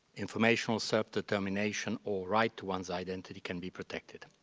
informational self determination, or right to one's identity, can be protected.